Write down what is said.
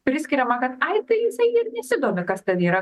priskiriama kad ai tai jisai ir nesidomi kas ten yra